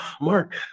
Mark